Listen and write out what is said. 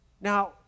Now